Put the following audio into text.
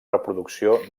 reproducció